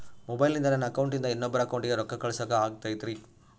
ಮೊಬೈಲಿಂದ ನನ್ನ ಅಕೌಂಟಿಂದ ಇನ್ನೊಬ್ಬರ ಅಕೌಂಟಿಗೆ ರೊಕ್ಕ ಕಳಸಾಕ ಆಗ್ತೈತ್ರಿ?